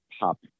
pop